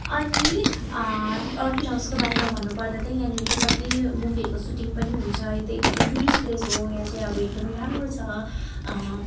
अनि अर्किड हाउसको बारेमा भन्नु पर्दा चाहिँ यहाँनिर चाहिँ कति मुभीहरूको सुटिङ पनि हुन्छ यो चाहिँ एकदमै टुरिस्ट प्लेस पनि हो यहाँ चाहिँ अब एकदमै राम्रो छ